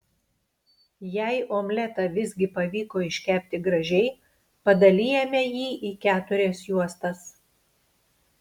jei omletą visgi pavyko iškepti gražiai padalijame jį į keturias juostas